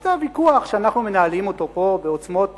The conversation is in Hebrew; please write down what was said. שזה הוויכוח שאנחנו מנהלים אותו פה בעוצמות